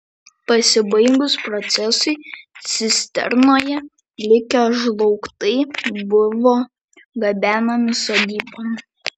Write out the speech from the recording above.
pasibaigus procesui cisternoje likę žlaugtai buvo gabenami sodybon